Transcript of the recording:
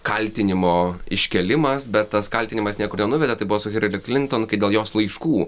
kaltinimo iškėlimas bet tas kaltinimas niekur nenuvedė tai buvo su hilary klinton kai dėl jos laiškų